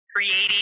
creating